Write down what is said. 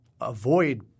avoid